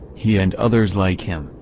he and others like him,